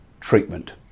treatment